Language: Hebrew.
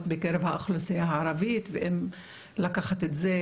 בקרב האוכלוסייה הערבית ואם לקחת את זה